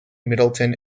middleton